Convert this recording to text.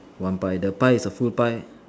one pie the pie is a full pie